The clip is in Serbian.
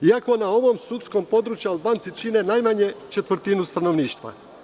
Iako na ovom sudskom području Albanci čine najmanje četvrtinu stanovništva.